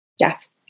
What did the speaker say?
Yes